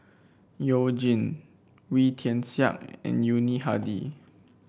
You Jin Wee Tian Siak and Yuni Hadi